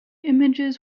images